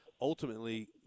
ultimately